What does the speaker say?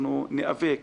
אנחנו ניאבק